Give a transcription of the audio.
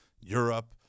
Europe